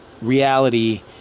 reality